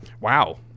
Wow